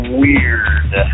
weird